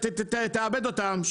שתעבד אותם,